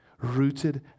Rooted